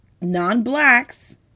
non-blacks